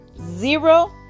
zero